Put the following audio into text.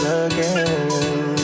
again